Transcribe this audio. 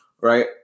right